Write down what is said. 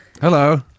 Hello